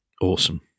Awesome